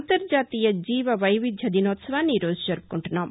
అంతర్జాతీయ జీవవైవిద్య దినోత్సవాన్ని ఈరోజు జరుపుకుంటున్నాం